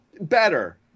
better